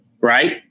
right